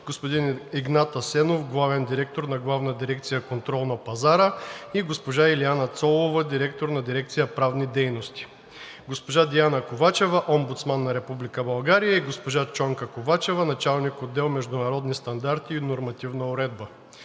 господин Игнат Асенов – главен директор на Главна дирекция „Контрол на пазара“, и госпожа Илиана Цолова – директор на дирекция „Правни дейности“; госпожа Диана Ковачева – Омбудсман на Република България, и госпожа Чонка Ковачева – началник-отдел „Международни стандарти и нормативна уредба“.